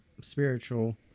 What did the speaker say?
spiritual